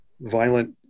violent